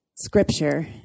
scripture